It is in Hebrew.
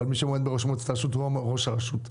אבל מי שועמד בראשה הוא ראש הרשות.